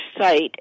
site